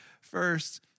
first